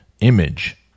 image